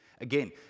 Again